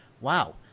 wow